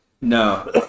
no